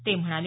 ते म्हणाले